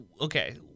Okay